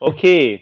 Okay